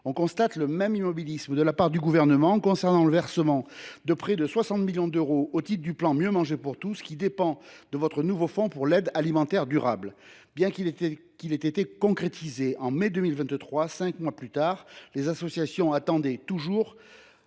On constate le même immobilisme de la part du Gouvernement concernant le versement de près de 60 millions d’euros au titre du plan Mieux manger pour tous, qui dépend du nouveau fonds pour l’aide alimentaire durable. Bien qu’il ait été concrétisé en mai 2023, cinq mois plus tard, les associations attendaient toujours